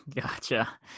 gotcha